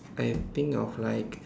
I think of like